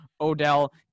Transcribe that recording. Odell